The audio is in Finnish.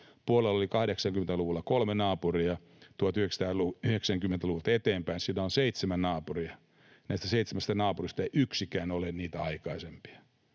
Puolalla oli 80-luvulla kolme naapuria, 1990-luvulta eteenpäin sillä on seitsemän naapuria — näistä seitsemästä naapurista ei yksikään ole niitä aikaisempia.